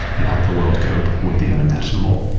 and help the world cope with the unimaginable.